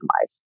life